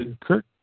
Kirk